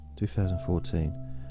2014